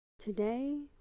Today